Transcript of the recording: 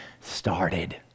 started